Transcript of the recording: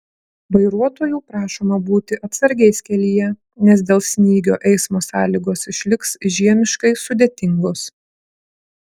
vairuotojų prašoma būti atsargiais kelyje nes dėl snygio eismo sąlygos išliks žiemiškai sudėtingos